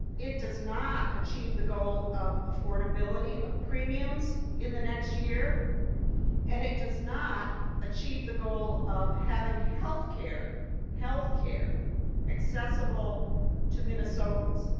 it does not achieve the goal of affordability of premiums in the next year and it does not achieve the goal of having healthcare healthcare accessible to minnesotans.